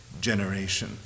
generation